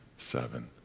seven,